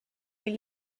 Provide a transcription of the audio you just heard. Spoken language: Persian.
این